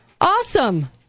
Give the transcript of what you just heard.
Awesome